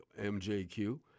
MJQ